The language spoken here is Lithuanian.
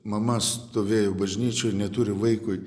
mama stovėjo bažnyčioj ir neturi vaikui